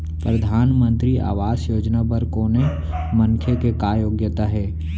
परधानमंतरी आवास योजना बर कोनो मनखे के का योग्यता हे?